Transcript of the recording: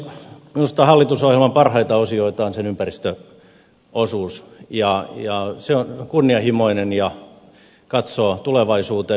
minusta hallitusohjelman parhaita osioita on sen ympäristöosuus se on kunnianhimoinen ja katsoo tulevaisuuteen